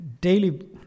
daily